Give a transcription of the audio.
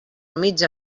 mitja